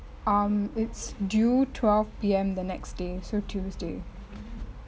um it's due twelve P_M the next day so tuesday